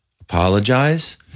apologize